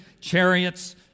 chariots